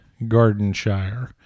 Gardenshire